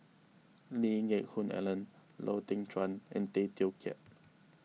Lee Geck Hoon Ellen Lau Teng Chuan and Tay Teow Kiat